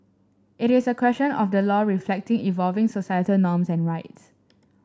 it is a question of the law reflecting evolving societal norms and rights